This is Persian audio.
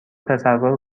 تصور